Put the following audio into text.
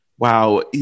Wow